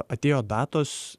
atėjo datos